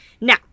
Now